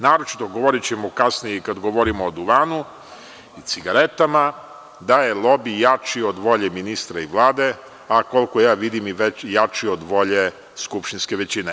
Naročito, govorićemo i kasnije kada govorimo o duvanu, cigaretama, da je lobi jači od volje ministra i Vlade, a koliko ja vidim, jači i od volje skupštinske većine.